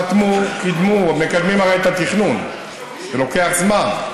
חתמו, קידמו, מקדמים הרי את התכנון, זה לוקח זמן.